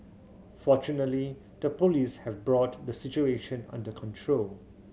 fortunately the Police have brought the situation under control